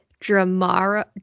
Dramara